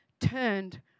turned